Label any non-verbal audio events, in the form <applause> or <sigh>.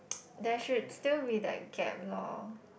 <noise> there should still be that gap lor